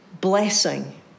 Blessing